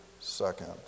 second